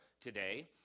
today